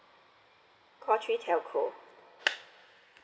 call three telco